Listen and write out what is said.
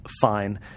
fine